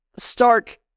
stark